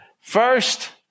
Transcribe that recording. First